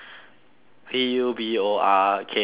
P U B O R K_N_N